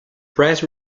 press